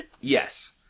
Yes